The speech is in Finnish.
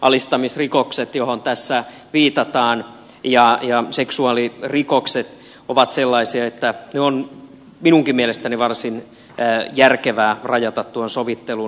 alistamisrikokset joihin tässä viitataan ja seksuaalirikokset ovat sellaisia että ne on minunkin mielestäni varsin järkevää rajata sovittelun ulkopuolelle